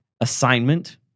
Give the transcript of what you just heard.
assignment